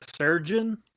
surgeon